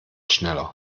schneller